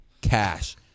Cash